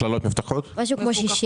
יש כ-60